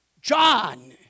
John